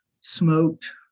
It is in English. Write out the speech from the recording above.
smoked